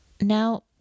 Now